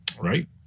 Right